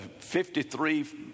53